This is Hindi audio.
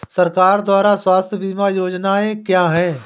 सरकार द्वारा स्वास्थ्य बीमा योजनाएं क्या हैं?